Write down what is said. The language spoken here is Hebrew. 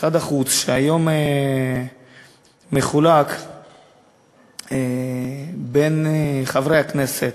משרד החוץ, שהיום מחולק בין חברי הכנסת,